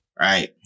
right